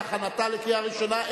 להכנתה לקריאה ראשונה,